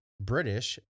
British